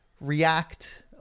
react